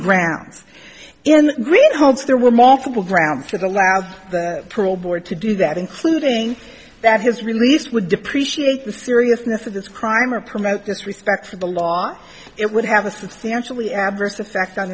green holds there were multiple grounds for the last parole board to do that including that his release would depreciate the seriousness of this crime or promote this respect for the law it would have a substantially adverse effect on